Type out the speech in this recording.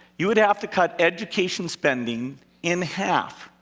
you would have to cut education spending in half.